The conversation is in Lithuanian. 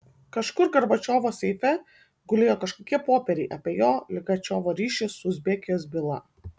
kažkur gorbačiovo seife gulėjo kažkokie popieriai apie jo ligačiovo ryšį su uzbekijos byla